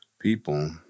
people